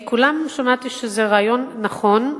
מכולם שמעתי שזה רעיון נכון,